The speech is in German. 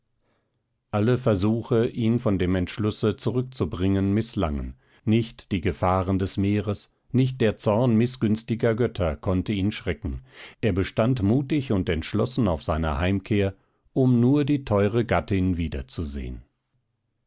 alle versuche ihn von dem entschlusse zurückzubringen mißlangen nicht die gefahren des meeres nicht der zorn mißgünstiger götter konnte ihn schrecken er bestand mutig und entschlossen auf seiner heimkehr um nur die teure gattin wieder